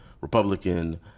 Republican